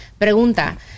pregunta